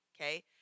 okay